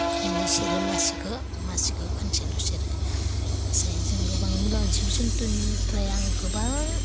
खोननै सेरो मासेखो मासेखो खोनसेल' सेरो जायजों जों गोबां जिब जुन्थुनिफ्राय आं गोबां